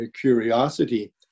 curiosity